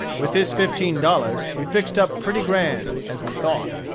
with this fifteen dollars we fixed up pretty grand, as we thought.